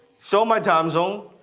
so my time zone.